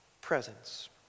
presence